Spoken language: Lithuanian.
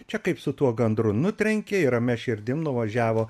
čia kaip su tuo gandru nutrenkė ir ramia širdim nuvažiavo